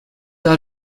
out